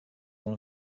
one